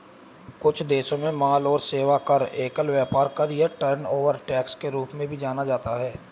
कुछ देशों में माल और सेवा कर, एकल व्यापार कर या टर्नओवर टैक्स के रूप में भी जाना जाता है